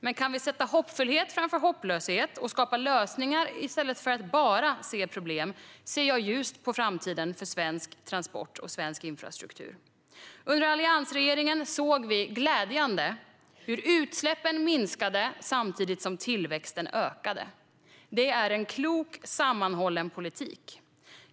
Men kan vi sätta hoppfullhet framför hopplöshet och skapa lösningar i stället för att bara se problem ser jag ljust på framtiden för svensk transport och svensk infrastruktur. Under alliansregeringen såg vi glädjande nog hur utsläppen minskade samtidigt som tillväxten ökade. Det är en klok, sammanhållen politik.